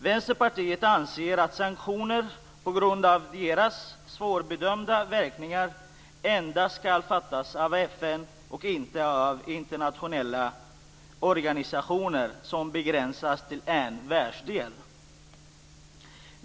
Vänsterpartiet anser att sanktioner på grund av sina svårbedömda verkningar endast skall beslutas av FN och inte av internationella organisationer som begränsas till en världsdel.